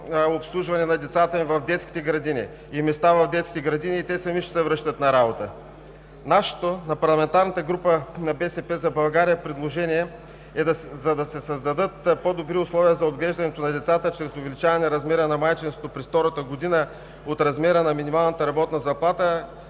обслужване на децата им в детските градини и места в детските градини и те сами ще се връщат на работа. Предложението на парламентарната група на „БСП за България“ – да се създадат по-добри условия за отглеждането на децата чрез увеличаване размера на майчинството през втората година до размера на минималната работна заплата,